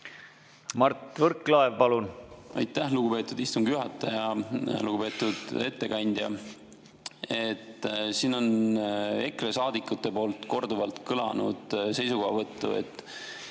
Mart Võrklaev, palun! Aitäh, lugupeetud istungi juhataja! Lugupeetud ettekandja! Siin on EKRE saadikute suust korduvalt kõlanud seisukohavõtt, et